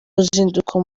ruzinduko